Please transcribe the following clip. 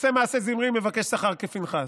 עושה מעשה זמרי ומבקש שכר כפינחס?